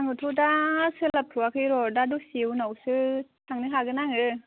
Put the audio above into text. आङोथ' दा सोलाबथवाखौ र' दा दसे उनावसो थांनो हागोन आङो